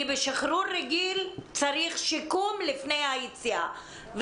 כי בשחרור רגיל צריך שיקום לפני היציאה,